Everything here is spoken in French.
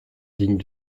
digne